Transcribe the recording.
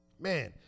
Man